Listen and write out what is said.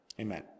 Amen